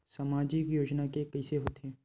सामाजिक योजना के कइसे होथे?